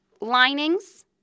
linings